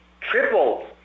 triple